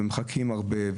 מחכים הרבה,